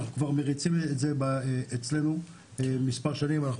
אנחנו מריצים את זה אצלנו מספר שנים ואנחנו